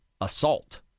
assault